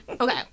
Okay